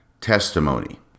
testimony